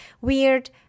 weird